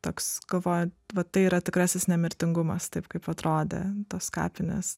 toks galvoju va tai yra tikrasis nemirtingumas taip kaip atrodė tos kapinės